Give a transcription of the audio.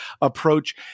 approach